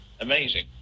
amazing